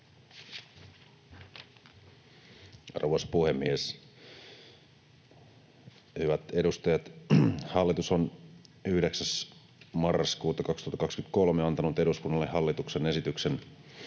Arvoisa puhemies! Hyvät edustajat! Hallitus on 9. marraskuuta 2023 antanut eduskunnalle hallituksen esityksen